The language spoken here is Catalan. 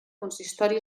consistori